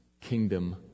kingdom